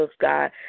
God